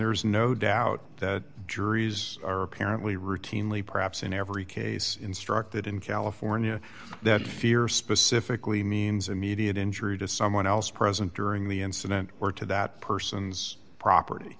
there's no doubt that juries are apparently routinely perhaps in every case instructed in california that fear specifically means immediate injury to someone else present during the incident or to that person's property